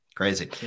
Crazy